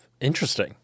interesting